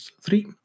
three